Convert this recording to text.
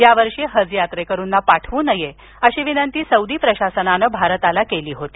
या वर्षी हज यात्रेकरूना पाठव् नये अशी विनंती सौदी प्रशासनानं भारताला केली होती